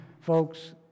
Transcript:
Folks